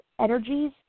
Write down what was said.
energies